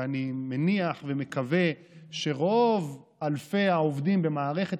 ואני מניח ומקווה שרוב אלפי העובדים במערכת